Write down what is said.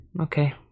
Okay